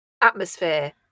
atmosphere